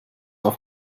auf